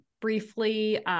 briefly